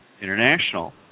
International